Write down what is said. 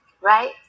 right